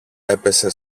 έπεσε